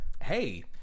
Hey